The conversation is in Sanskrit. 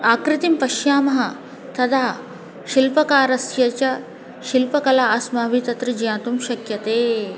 आकृतिं पश्यामः तदा शिल्पकारस्य च शिल्पकला आस्माभिः तत्र ज्ञातुं शक्यते